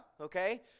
okay